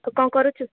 ତୁ କଣ କରୁଛୁ